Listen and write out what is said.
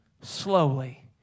slowly